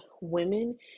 women